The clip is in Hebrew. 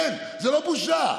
כן, זו לא בושה,